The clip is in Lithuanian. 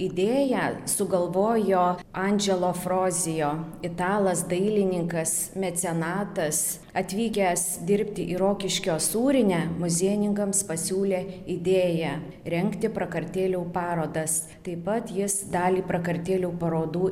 idėją sugalvojo andželo frozijo italas dailininkas mecenatas atvykęs dirbti į rokiškio sūrinę muziejininkams pasiūlė idėją rengti prakartėlių parodas taip pat jis dalį prakartėlių parodų